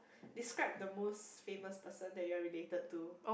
describe the most famous person that you are related to